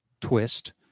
twist